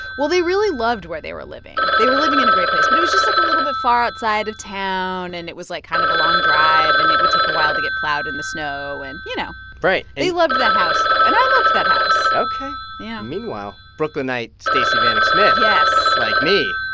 well, they really loved where they were living. they were living in a great place, but it was just, like, a little bit far outside of town. and it was, like, kind of a long drive, and it would take a while to get plowed in the snow and, you know right. and. they loved that house, though. and i loved that house ok yeah meanwhile, brooklynite stacey vanek smith. yes. like me,